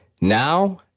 Now